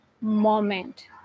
moment